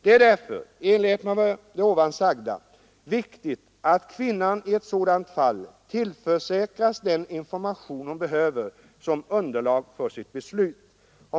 Det är därför, i enlighet med det ovan sagda, viktigt att kvinnan i ett sådant fall tillförsäkras den information hon behöver som underlag för sitt beslut.